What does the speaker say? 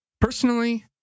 personally